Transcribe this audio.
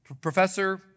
professor